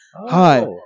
Hi